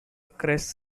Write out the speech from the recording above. crest